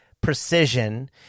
precision